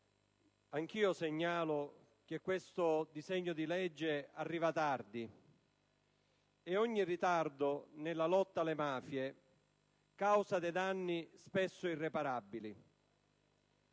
anch'io segnalo che questo disegno di legge arriva tardi e ogni ritardo nella lotta alle mafie causa dei danni, spesso irreparabili.